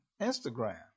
Instagram